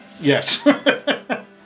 yes